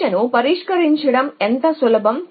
సమస్యను పరిష్కరించడం ఎంత సులభం